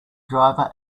driver